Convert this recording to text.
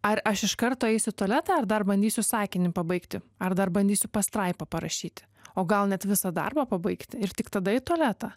ar aš iš karto eisiu tualetą ar dar bandysiu sakinį pabaigti ar dar bandysiu pastraipą parašyti o gal net visą darbą pabaigti ir tik tada į tualetą